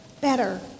better